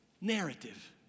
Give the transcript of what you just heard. narrative